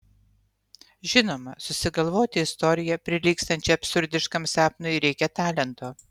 žinoma susigalvoti istoriją prilygstančią absurdiškam sapnui reikia talento